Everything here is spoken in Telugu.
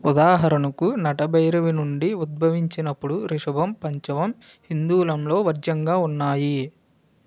ఉదాహరణకు నటభైరవి నుండి ఉద్భవించినప్పుడు రిషభం పంచమం హిందోళంలో వర్జ్యంగా ఉన్నాయి